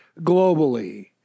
globally